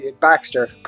Baxter